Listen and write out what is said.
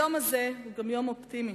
היום הזה הוא גם יום אופטימי.